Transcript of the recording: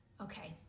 Okay